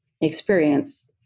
experience